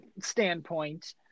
standpoint